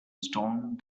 stone